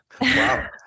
wow